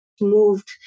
moved